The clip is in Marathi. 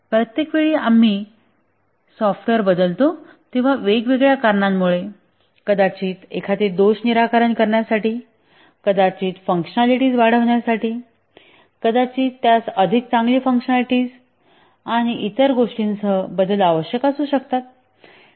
प्रत्येक वेळी आम्ही सॉफ्टवेअर बदलतो तेव्हा वेगवेगळ्या कारणांमुळे कदाचित एखादे दोष निराकरण करण्यासाठी कदाचित फंक्शनालिटीज वाढवण्यासाठी कदाचित त्यास अधिक चांगली फंक्शनालिटीज आणि इतर गोष्टींसह बदल आवश्यक असू शकेल